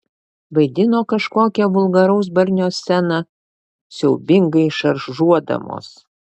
vaidino kažkokią vulgaraus barnio sceną siaubingai šaržuodamos